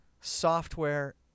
software